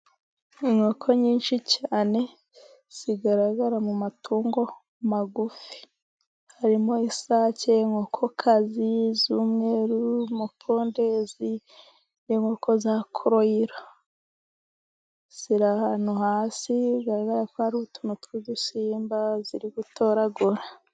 Inkoko nyinshi cyane zigaragara mu matungo magufi, harimo: isake, inkoko kazi z'umweru, pondezi, inkoko za koroyira ziri ahantu hasi bigarara ko hari utuntu tw'udusimba ziri gutoragura.